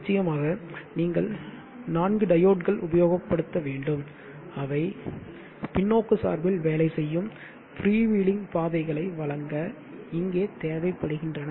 நிச்சயமாக நீங்கள் 4 டையோட்கள் உபயோகப்படுத்த வேண்டும் அவை பின்னோக்கு சார்பில் வேலை செய்யும் ஃப்ரீவீலிங் பாதைகளை வழங்க இங்கே தேவைப்படுகின்றன